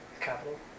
capital